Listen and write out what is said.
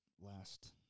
last